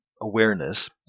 awareness